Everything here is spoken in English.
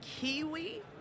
Kiwi